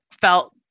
felt